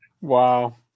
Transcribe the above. Wow